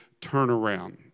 turnaround